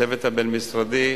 הצוות הבין-משרדי,